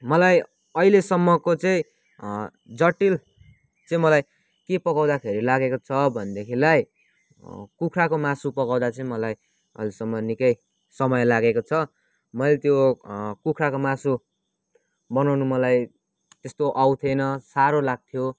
मलाई अहिलेसम्मको चाहिँ जटिल चाहिँ मलाई के पकाउँदाखेरि लागेको छ भनेदेखिलाई कुखुराको मासु पकाउँदा चाहिँ मलाई अहिलेसम्म निकै समय लागेको छ मैले त्यो कुखुराको मासु बनाउनु मलाई त्यस्तो आउँथेन साह्रो लाग्थ्यो